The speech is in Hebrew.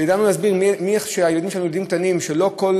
כמו שידענו להסביר כשהיו לנו ילדים קטנים שלא כל